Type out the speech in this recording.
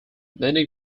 many